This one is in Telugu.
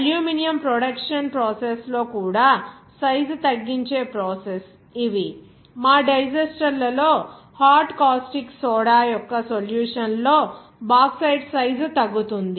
అల్యూమినియం ప్రొడక్షన్ ప్రాసెస్ లో కూడా సైజు తగ్గించే ప్రాసెస్ ఇవి మా డైజెస్టర్ల లో హాట్ కాస్టిక్ సోడా యొక్క సొల్యూషన్ లో బాక్సైట్ సైజు తగ్గుతుంది